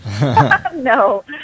No